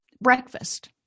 breakfast